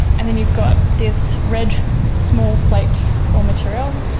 and then you've got this red small flaked raw material,